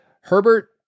Herbert